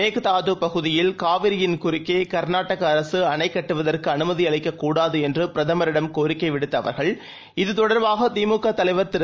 மேகதாதுபகுதியில்காவிரியின்குறுக்கேகர்நாடகஅரசுஅணைகட்டுவதற்குஅனுமதிஅளிக்கக் கூடாதுஎன்றுபிரதமரிடம்கோரிக்கைவிடுத்தஅவர்கள் இதுதொடர்பாகதிமுகதலைவர்திரு